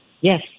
Yes